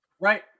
Right